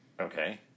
Okay